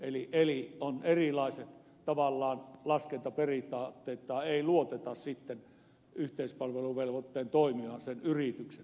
eli tavallaan on erilaiset laskentaperiaatteet tai ei sitten luoteta yleispalveluvelvoitteen toimijaan sen yrityksen laskentaan